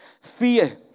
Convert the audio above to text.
fear